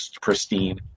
pristine